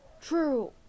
true